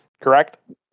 correct